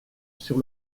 sur